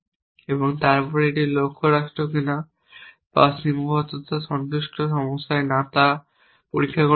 এবং তারপরে এটি লক্ষ্য রাষ্ট্র কিনা বা সীমাবদ্ধতা সন্তুষ্টি সমস্যায় না তা পরীক্ষা করে দেখব